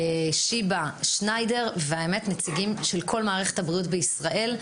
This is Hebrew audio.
שיבא, שניידר ונציגים של כל מערכת הבריאות בישראל.